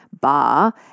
bar